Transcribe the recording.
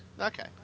Okay